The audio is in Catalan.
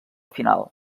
final